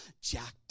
jacked